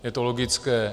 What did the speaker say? Je to logické.